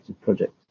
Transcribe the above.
project